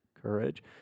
courage